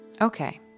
Okay